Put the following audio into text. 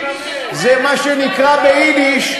זה מה שנקרא ביידיש,